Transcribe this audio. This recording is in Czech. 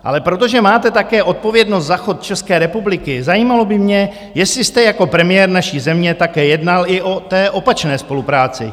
Ale protože máte také odpovědnost za chod České republiky, zajímalo by mě, jestli jste jako premiér naší země také jednal i o té opačné spolupráci?